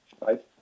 right